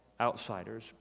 outsiders